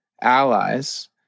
allies